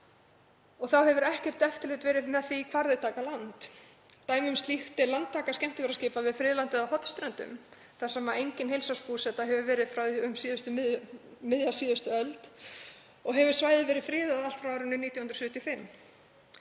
og hefur ekkert eftirlit verið með því hvar þau taka land. Dæmi um slíkt er landtaka skemmtiferðaskipa við friðlandið á Hornströndum þar sem engin heilsársbúseta hefur verið frá því um miðja síðustu öld og hefur svæði verið friðað allt frá árinu 1975.